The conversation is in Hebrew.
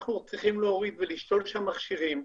אנחנו צריכים להוריד ולשתול שם מכשירים,